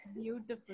Beautiful